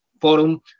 forum